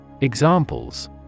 Examples